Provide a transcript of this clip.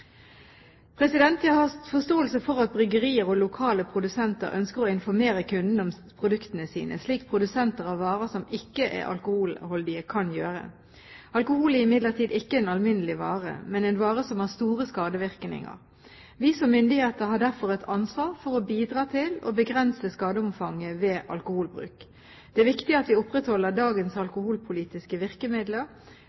Jeg har forståelse for at bryggerier og lokale produsenter ønsker å informere kundene om produktene sine – slik produsenter av varer som ikke er alkoholholdige, kan gjøre. Alkohol er imidlertid ikke en alminnelig vare, men en vare som har store skadevirkninger. Vi som myndigheter har derfor et ansvar for å bidra til å begrense skadeomfanget ved alkoholbruk. Det er viktig at vi opprettholder dagens